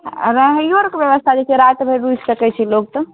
आ रहैयो आर के ब्यवस्था छै राति भरि रुकि सकै छी लोग तऽ